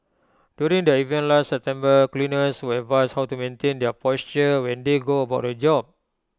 during the event last September cleaners were advised how to maintain their posture when they go about their job